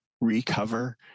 recover